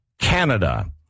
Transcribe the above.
Canada